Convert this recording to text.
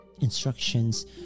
instructions